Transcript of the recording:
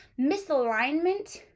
misalignment